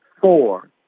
four